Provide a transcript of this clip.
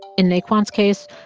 in naquan's case,